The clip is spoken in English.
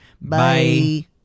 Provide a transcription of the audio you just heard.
Bye